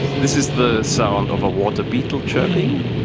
this is the sound of a water beetle chirping